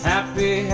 Happy